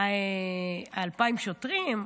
2,000 שוטרים.